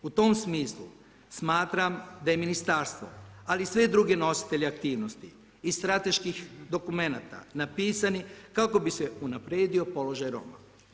U tom smislu smatram je ministarstvo ali i svi drugi nositelji aktivnosti iz strateških dokumenata napisani kako bi se unaprijedio položaj Roma.